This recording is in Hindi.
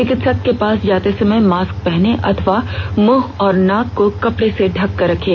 चिकित्सक के पास जाते समय मास्क पहनें अथवा मुंह और नाक को कपड़े से ढककर रखें